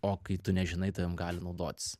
o kai tu nežinai tavim gali naudotis